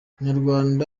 umunyarwanda